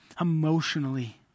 emotionally